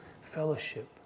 fellowship